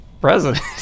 president